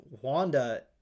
Wanda